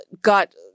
got